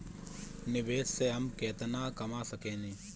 निवेश से हम केतना कमा सकेनी?